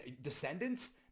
descendants